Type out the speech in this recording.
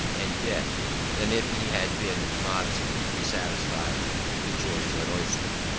and death than if he had been modestly satisfied with the joys of an oyster.